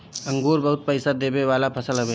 अंगूर बहुते पईसा देवे वाला फसल हवे